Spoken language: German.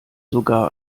sogar